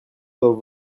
doivent